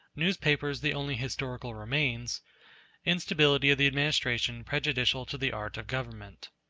newspapers the only historical remains instability of the administration prejudicial to the art of government.